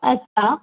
अछा